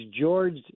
George